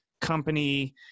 company